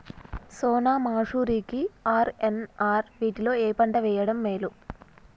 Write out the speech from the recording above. సోనా మాషురి కి ఆర్.ఎన్.ఆర్ వీటిలో ఏ పంట వెయ్యడం మేలు?